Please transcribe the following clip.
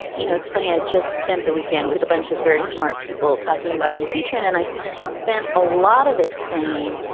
you know, it's funny. i just spent the weekend with a bunch of very smart people talking about impeachment, and i spent a lot of it saying,